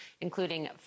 including